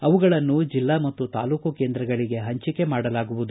ಅವುಗಳನ್ನು ಜಿಲ್ಲಾ ಮತ್ತು ತಾಲೂಕು ಕೇಂದ್ರಗಳಿಗೆ ಹಂಚಿಕೆ ಮಾಡಲಾಗುವುದು